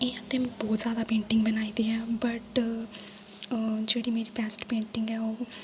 इ'यां ते में बहोत जादा पेंटिंगां बनाई दी आं वट् जेह्ड़ी मेरी बेस्ट पेंटिंग ऐ ओह्